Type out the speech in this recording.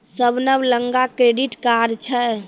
शबनम लगां credit card छै